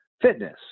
fitness